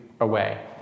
away